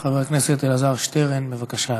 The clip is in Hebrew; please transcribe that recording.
חבר הכנסת אלעזר שטרן, בבקשה,